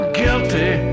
guilty